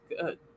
good